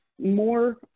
more